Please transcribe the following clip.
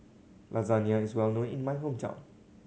lasagne is well known in my hometown